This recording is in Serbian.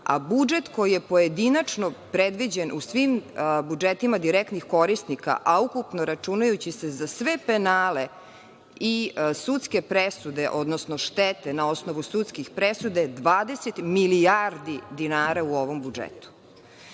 a budžet koji je pojedinačno predviđen u svim budžetima direktnih korisnika, a ukupno računajući se za sve penale i sudske presude, odnosno štete na osnovu sudskih presuda je 20 milijardi dinara u ovom budžetu. Stoga,